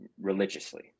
religiously